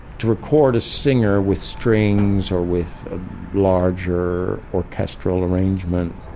to record a singer with strings or with ah larger orchestral arrangement,